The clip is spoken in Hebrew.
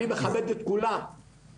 אני מכבד את כולם,